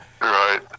Right